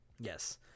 Yes